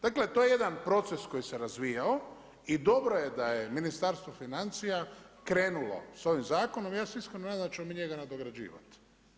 Dakle, to je jedan proces koji se razvijao i dobro je da je Ministarstvo financija krenulo s ovim zakonom, ja se iskreno nadam da ćemo mi njega nadograđivati.